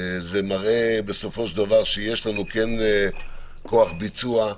זה מראה בסופו של דבר שיש לנו כוח ביצוע.